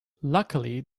luckily